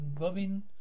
Robin